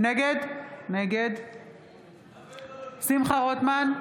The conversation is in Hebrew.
נגד שמחה רוטמן,